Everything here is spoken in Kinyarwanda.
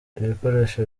ibikoresho